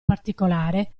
particolare